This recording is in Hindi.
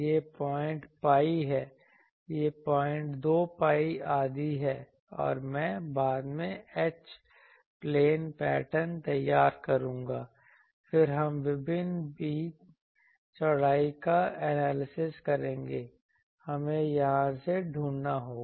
यह पॉइंट pi है यह पॉइंट 2 pi आदि है और मैं बाद में H प्लेन पैटर्न तैयार करूंगा फिर हम विभिन्न बीम चौड़ाई का एनालिसिस करेंगे हमें यहां से ढूंढना होगा